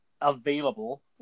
available